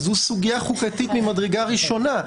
זו סוגייה חוקתית ממדרגה ראשונה.